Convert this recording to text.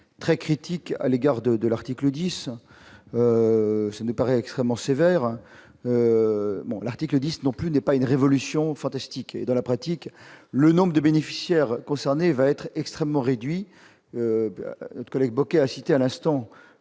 très critiques à l'égard de de l'article 10. Je ne paraît extrêmement sévère. L'article 10 non plus n'est pas une révolution, fantastique et dans la pratique, le nombre de bénéficiaires concernés va être extrêmement réduit notre collègue a cité à l'instant